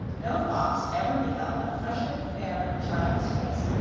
no fox ever beheld a fresher, fairer child's face,